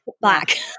Black